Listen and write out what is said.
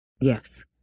Yes